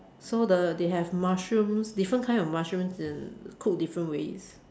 so the they have mushrooms different kind of mushrooms and cooked different ways